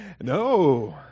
No